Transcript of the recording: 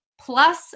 plus